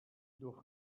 durch